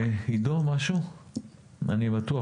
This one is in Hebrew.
אני בטוח